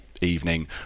evening